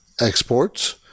Exports